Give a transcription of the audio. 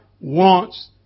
wants